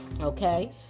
Okay